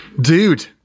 Dude